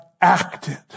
acted